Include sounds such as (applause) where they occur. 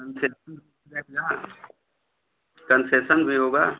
concession (unintelligible) concession भी होगा